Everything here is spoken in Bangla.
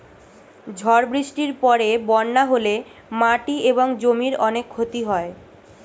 ঝড় বৃষ্টির পরে বন্যা হলে মাটি এবং জমির অনেক ক্ষতি হয়